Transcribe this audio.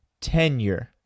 tenure